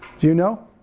you know?